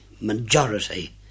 majority